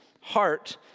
heart